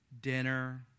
dinner